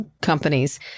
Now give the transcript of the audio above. companies